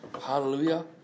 hallelujah